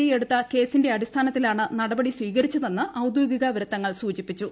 I എടുത്ത കേസിന്റെ അടിസ്ഥാനത്തിലാണ് നടപടി സ്വീകരിച്ചതെന്ന് ഔദ്യോഗിക വൃത്തങ്ങൾ സൂചിപ്പിച്ചു